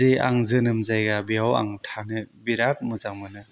जे आं जोनोम जायगा बेयाव आं थानोे बिराद मोजां मोनो